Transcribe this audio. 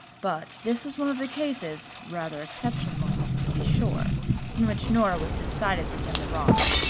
but this was one of the cases rather exceptional to be sure in which nora was decidedly in the wrong.